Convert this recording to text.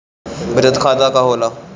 बचत खाता का होला?